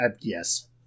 yes